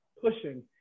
pushing